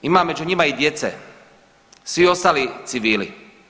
Ima među njima i djece, svi ostali civili.